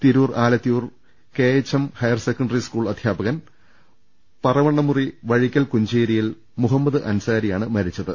Tirur Alathiyur K H M higher secondary school അധ്യാപകൻ പറവണ്ണമുറി വഴിക്കൽ കുഞ്ചേരിയിൽ മുഹമ്മദ് അൻസാരിയാണ് മരിച്ചത്